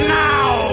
now